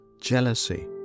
jealousy